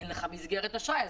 אין לך מסגרת אשראי,